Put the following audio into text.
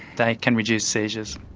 they can reduce seizures.